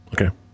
Okay